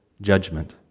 judgment